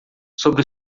sobre